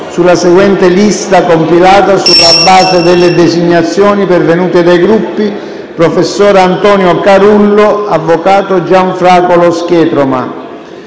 sulla seguente lista compilata sulla base delle designazioni pervenute dai Gruppi: - professor Antonio Carullo - avvocato Gianfranco Schietroma.